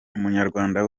umunyarwanda